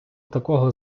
такого